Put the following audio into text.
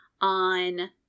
on